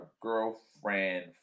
girlfriend